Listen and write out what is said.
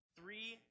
Three